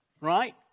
right